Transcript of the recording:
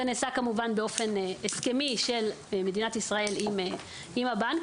זה נעשה כמובן באופן הסכמי של מדינת ישראל עם הבנקים